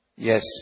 Yes